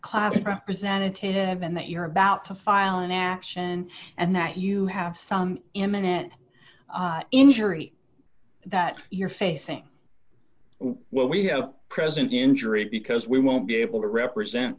class representative and that you're about to file an action and that you have some imminent injury that you're facing well we have present injury because we won't be able to represent